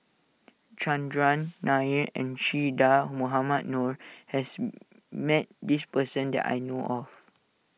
Chandran Nair and Che Dah Mohamed Noor has met this person that I know of